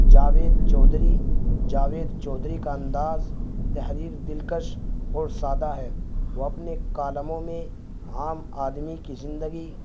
جاوید چودھری جاوید چودھری کا انداز تحریر دلکش اور سادہ ہے وہ اپنے کالموں میں عام آدمی کی زندگی